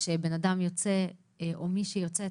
כאשר בן אדם או מישהי יוצאת